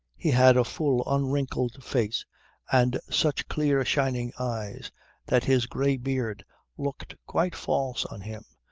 he had a full unwrinkled face and such clear-shining eyes that his grey beard looked quite false on him,